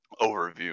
Overview